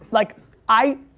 like i,